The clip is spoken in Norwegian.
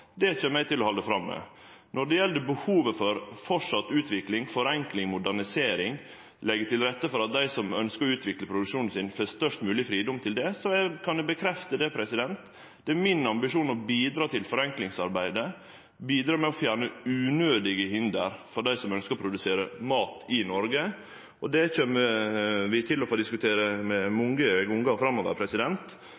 Det kjem eg til å halde fram med. Når det gjeld behovet for å halde fram med utvikling, forenkling, modernisering og å leggje til rette for at dei som ønskjer å utvikle produksjonen sin, får størst mogleg fridom til det, kan eg bekrefte at det er min ambisjon å bidra til forenklingsarbeidet, bidra til å fjerne unødige hinder for dei som ønskjer å produsere mat i Noreg. Det kjem vi til å diskutere